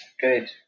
Good